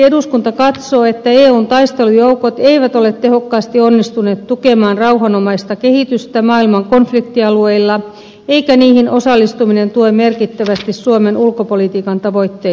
eduskunta katsoo että eun taistelujoukot eivät ole tehokkaasti onnistuneet tukemaan rauhanomaista kehitystä maailman konfliktialueilla eikä niihin osallistuminen tue merkittävästi suomen ulkopolitiikan tavoitteita